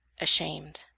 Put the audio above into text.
ashamed